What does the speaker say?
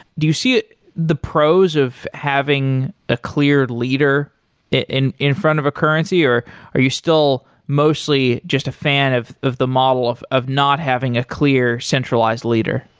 do you see the pros of having a cleared leader in in front of a currency, or are you still mostly just a fan of of the model of of not having a clear centralized leader?